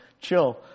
chill